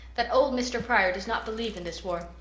that old mr. pryor does not believe in this war.